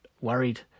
worried